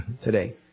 today